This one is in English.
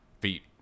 feet